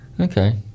Okay